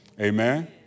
Amen